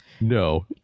no